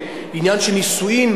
בעניין של נישואים,